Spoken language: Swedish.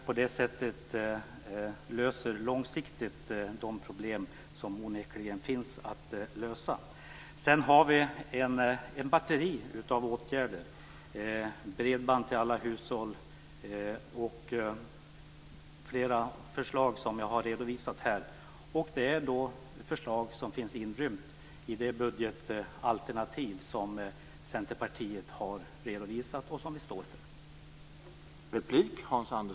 På det sättet löser vi långsiktigt de problem som onekligen finns att lösa. Sedan har vi ett batteri av åtgärder - bredband till alla hushåll och flera andra förslag som jag har redovisat här, förslag som finns inrymda i det budgetalternativ som Centerpartiet har redovisat och står för.